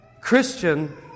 Christian